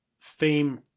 theme